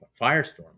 firestorm